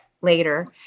later